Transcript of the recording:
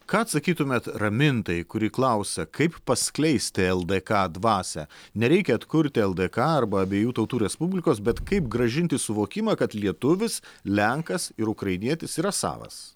ką atsakytumėt ramintai kuri klausia kaip paskleisti ldk dvasią nereikia atkurti ldk arba abiejų tautų respublikos bet kaip grąžinti suvokimą kad lietuvis lenkas ir ukrainietis yra savas